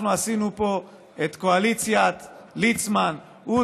אנחנו עשינו פה את קואליציית ליצמן-עודה-זחאלקה.